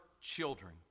children